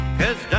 cause